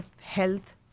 health